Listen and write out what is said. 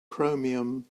chromium